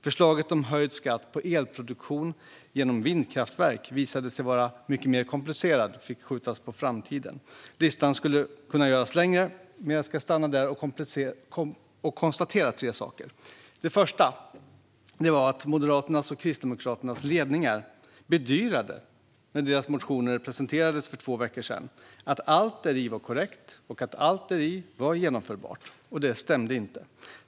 Förslaget om höjd skatt på elproduktion genom vindkraftverk visade sig vara mycket mer komplicerat än förväntat och fick skjutas på framtiden. Listan skulle kunna göras längre, men jag ska stanna där och konstatera tre saker. För det första bedyrade Moderaternas och Kristdemokraternas ledningar när deras motioner presenterades för två veckor sedan att allt däri var korrekt och genomförbart. Det stämde inte.